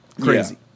crazy